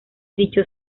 dicho